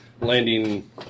landing